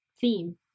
theme